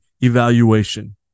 evaluation